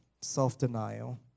self-denial